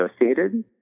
associated